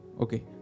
Okay